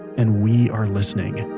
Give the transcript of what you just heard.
and we are listening